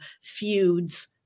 feuds